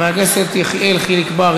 חבר הכנסת יחיאל חיליק בר,